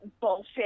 bullshit